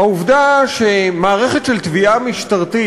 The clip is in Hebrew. העובדה שמערכת של תביעה משטרתית,